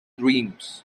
dreams